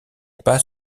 pas